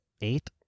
eight